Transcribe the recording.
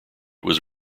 was